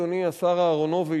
אדוני השר אהרונוביץ,